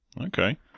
Okay